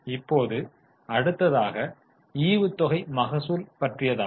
இப்போது அடுத்ததாக ஈவுத்தொகை மகசூல் பற்றியதாகும்